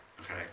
Okay